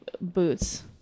boots